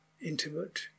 intimate